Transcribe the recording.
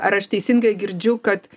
ar aš teisingai girdžiu kad